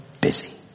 busy